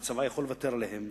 ושהצבא יכול לוותר עליהם,